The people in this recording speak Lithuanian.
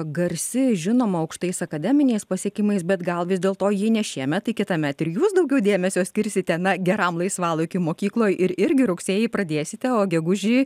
garsi žinoma aukštais akademiniais pasiekimais bet gal vis dėlto jei ne šiemet tai kitąmet ir jūs daugiau dėmesio skirsite na geram laisvalaikiui mokykloje ir irgi rugsėjį pradėsite o gegužį